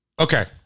okay